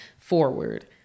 forward